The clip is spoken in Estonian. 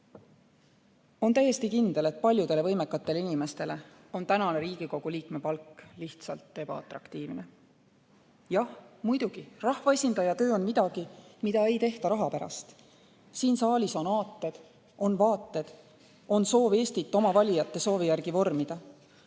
On täiesti kindel, et paljudele võimekatele inimestele on tänane Riigikogu liikme palk lihtsalt ebaatraktiivne. Jah, muidugi, rahvaesindaja töö on midagi, mida ei tehta raha pärast, siin saalis on aated ja vaated ja soov Eestit oma valijate soovi järgi vormida,